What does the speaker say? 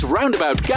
Roundabout